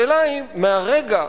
השאלה היא: מהרגע